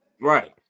Right